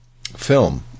film